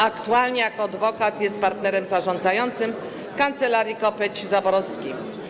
Aktualnie jako adwokat jest partnerem zarządzającym Kancelarii Kopeć Zaborowski.